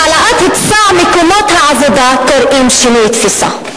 להעלאת היצע מקומות העבודה קוראים שינוי תפיסה.